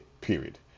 period